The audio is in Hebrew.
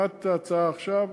שמעתי את ההצעה עכשיו.